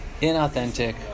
inauthentic